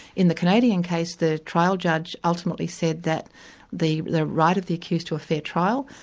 in the canadian case the trial judge ultimately said that the the right of the accused to a fair trial,